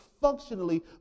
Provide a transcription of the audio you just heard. functionally